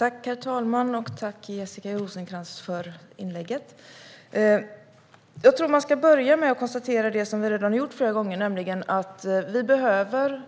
Herr talman! Jag tackar Jessica Rosencrantz för inlägget. Jag tror att man ska börja med att konstatera - som vi redan har gjort flera gånger - att vi behöver